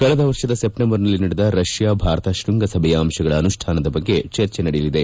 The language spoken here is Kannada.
ಕಳೆದ ವರ್ಷದ ಸೆಪ್ಟೆಂಬರ್ ನಲ್ಲಿ ನಡೆದ ರಷ್ಡಾ ಭಾರತ ಶೃಂಗಸಭೆಯ ಅಂಶಗಳ ಅನುಷ್ಠಾನದ ಬಗ್ಗೆ ಚರ್ಚೆ ನಡೆಯಲಿದೆ